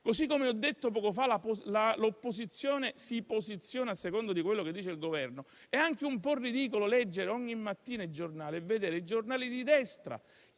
Poco fa ho detto che l'opposizione si posiziona a seconda di quello che dice il Governo. È anche un po' ridicolo leggere ogni mattina i quotidiani e vedere i giornali di destra